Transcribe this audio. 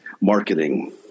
marketing